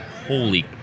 Holy